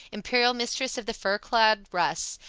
imperial mistress of the fur-clad russ,